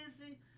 busy